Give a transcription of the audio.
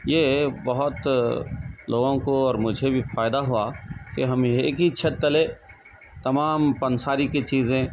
یہ بہت لوگوں کو اور مجھے بھی فائدہ ہوا کہ ہم ایک ہی چھت تلے تمام پنساری کی چیزیں